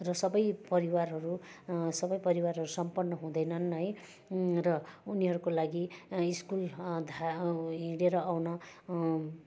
र सबै परिवारहरू सबै परिवारहरू सम्पन्न हुँदैनन् है र उनीहरूको लागि स्कुल धा हिँडेर आउन